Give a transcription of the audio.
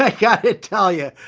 ah gotta tell you,